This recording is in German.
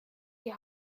die